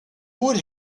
would